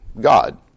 God